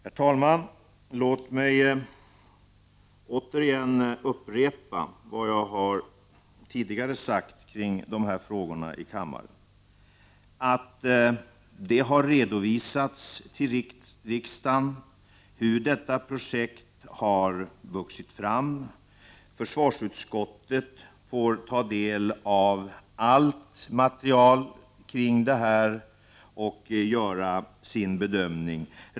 Herr talman! Låt mig återigen upprepa vad jag tidigare sagt om dessa frågor i kammaren. Det har redovisats för riksdagen hur detta projekt vuxit fram. Försvarsutskottet får ta del av allt material kring projektet och kan göra sin bedömning.